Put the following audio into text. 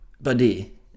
buddy